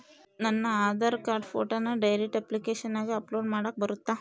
ನನ್ನ ಆಧಾರ್ ಕಾರ್ಡ್ ಫೋಟೋನ ಡೈರೆಕ್ಟ್ ಅಪ್ಲಿಕೇಶನಗ ಅಪ್ಲೋಡ್ ಮಾಡಾಕ ಬರುತ್ತಾ?